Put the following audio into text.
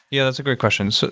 yeah, that's a great question. so